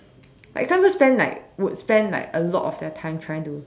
like you can't even spend like would spend like a lot of your time trying to